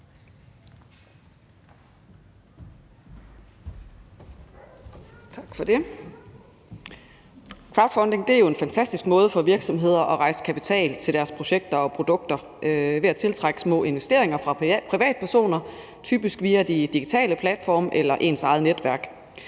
Crowdfunding er en fantastisk måde for virksomheder at rejse kapital på til deres projekter og produkter ved at tiltrække små investeringer fra privatpersoner typisk via de digitale platforme eller ens eget netværk.